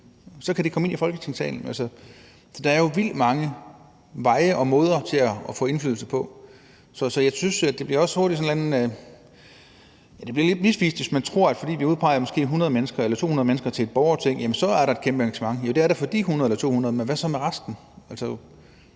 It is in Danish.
Så kan det komme ind i Folketingssalen. Så der er jo vildt mange veje og måder at få indflydelse på. Så jeg synes, det bliver lidt misvisende, hvis man tror, at fordi vi udpeger måske 100 mennesker eller 200 mennesker til et borgerting, så er der et kæmpe engagement. Ja, det er der for de 100 eller 200, men hvad så med resten?